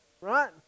Right